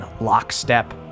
lockstep